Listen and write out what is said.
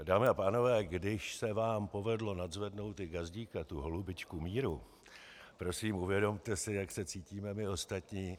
Dámy a pánové, když se vám povedlo nadzvednout i Gazdíka, tu holubičku míru, prosím, uvědomte si, jak se cítíme my ostatní.